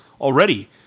already